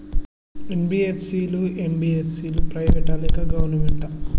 NBFC లు, MBFC లు private ఆ లేకపోతే గవర్నమెంటా?